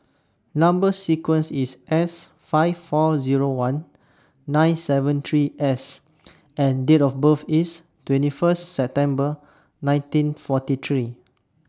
Number sequence IS S five four Zero one nine seven three S and Date of birth IS twenty First September nineteen forty three